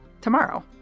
tomorrow